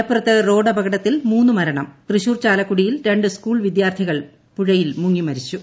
മലപ്പുറത്ത് റോഡപകടത്തിൽ മൂന്ന് മരണം തൃശൂർ ചാലക്കുടിയിൽ രണ്ട് സ്കൂൾ വിദ്യാർത്ഥികൾ പുഴയിൽ മുങ്ങിമരിച്ചു